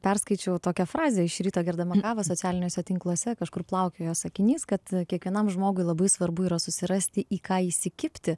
perskaičiau tokią frazę iš ryto gerdama kavą socialiniuose tinkluose kažkur plaukiojo sakinys kad kiekvienam žmogui labai svarbu yra susirasti į ką įsikibti